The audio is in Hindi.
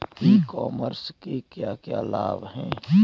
ई कॉमर्स के क्या क्या लाभ हैं?